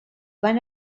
van